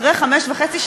אחרי חמש שנים וחצי,